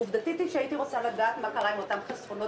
רציתי לדעת מה קרה עם אותם חסכונות?